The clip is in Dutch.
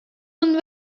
een